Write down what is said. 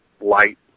light